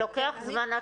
חברים,